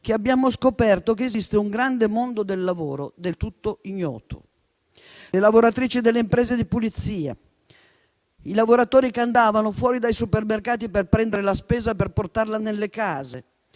di lavoro, che esiste un grande mondo del lavoro del tutto ignoto: le lavoratrici delle imprese di pulizia, i lavoratori che andavano fuori dai supermercati per prendere la spesa e per portarla nelle case,